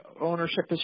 ownership